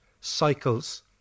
cycles